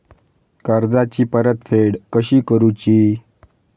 कर्जाची परतफेड कशी करुची?